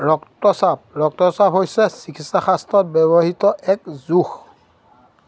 ৰক্তচাপ ৰক্তচাপ হৈছে চিকিৎসাশাস্ত্ৰত ব্যৱহৃত এক জোখ